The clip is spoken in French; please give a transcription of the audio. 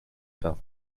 pain